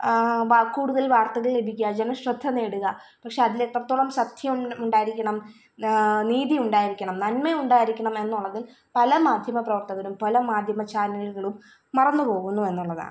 വാ കൂടുതല് വാര്ത്തകള് ലഭിക്കുക ജനശ്രദ്ധ നേടുക പക്ഷേ അതിലെത്രത്തോളം സത്യം ഉണ്ടായിരിക്കണം നീതി ഉണ്ടായിരിക്കണം നന്മ ഉണ്ടായിരിക്കണം എന്നുള്ളതിൽ പല മാധ്യമപ്രവര്ത്തകരും പല മാധ്യമ ചാനലുകളും മറന്നു പോകുന്നു എന്നുള്ളതാണ്